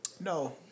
no